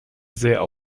sehr